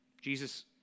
Jesus